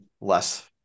less